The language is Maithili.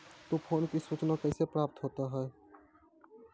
तुफान की सुचना कैसे प्राप्त होता हैं?